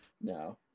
no